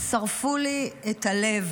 את הלב